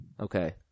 Okay